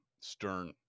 stern